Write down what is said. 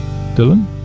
Dylan